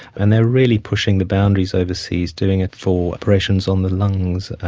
and they are really pushing the boundaries overseas, doing it for operations on the lungs,